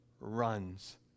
runs